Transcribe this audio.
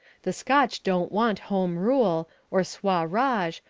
the scotch don't want home rule, or swa raj,